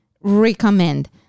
recommend